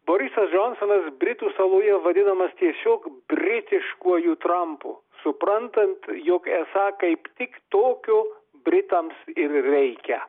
borisas džonsonas britų saloje vadinamas tiesiog britiškuoju trampu suprantant jog esą kaip tik tokio britams ir reikia